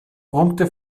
brummte